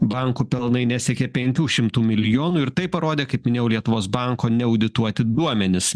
bankų pelnai nesiekė penkių šimtų milijonų ir tai parodė kaip minėjau lietuvos banko neaudituoti duomenys